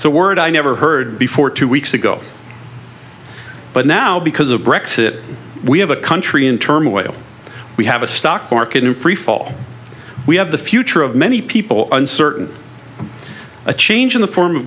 so word i never heard before two weeks ago but now because of brecht's it we have a country in turmoil we have a stock market in freefall we have the future of many people uncertain a change in the form of